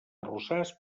arrossars